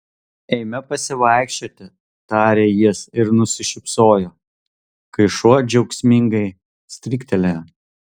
eime pasivaikščioti tarė jis ir nusišypsojo kai šuo džiaugsmingai stryktelėjo